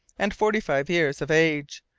and forty-five years of age.